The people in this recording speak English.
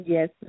Yes